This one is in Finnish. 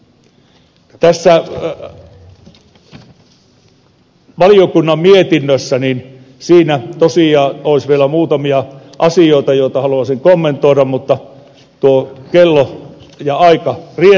tässä valiokunnan mietinnössä tosiaan olisi vielä muutamia asioita joita haluaisin kommentoida mutta tuo kello ja aika rientää